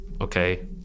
Okay